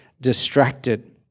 distracted